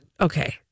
okay